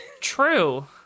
True